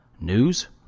News